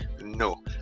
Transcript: No